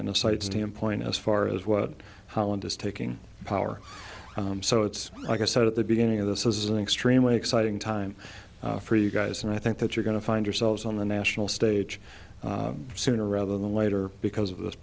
and a side standpoint as far as what holland is taking power so it's like i said at the beginning of this is an extremely exciting time for you guys and i think that you're going to find yourselves on the national stage sooner rather than later because of this